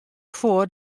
foar